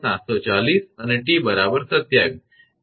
𝑝 740 અને 𝑡 27